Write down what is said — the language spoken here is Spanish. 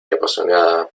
apasionada